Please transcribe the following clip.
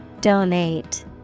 Donate